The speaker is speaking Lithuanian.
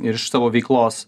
ir iš savo veiklos